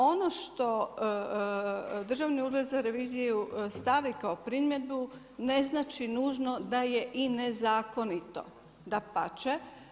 Ono što Državni ured za reviziju stavi kao primjedbu ne znači nužno da je i nezakonito, dapače.